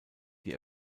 die